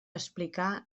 explicar